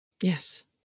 yes